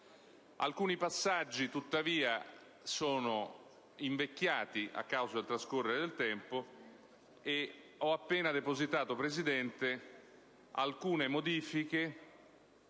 Alcuni passaggi, tuttavia, sono invecchiati a causa del trascorrere del tempo, e io ho appena depositato, signora Presidente, alcune modifiche